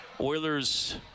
oilers